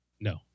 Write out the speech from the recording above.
No